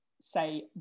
say